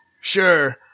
Sure